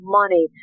money